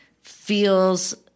feels